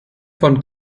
von